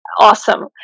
awesome